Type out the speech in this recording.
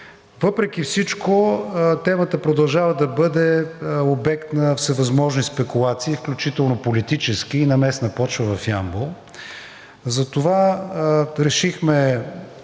Въпреки всичко темата продължава да бъде обект на всевъзможни спекулации, включително политически и на местна почва в Ямбол. Затова решихме